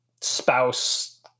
spouse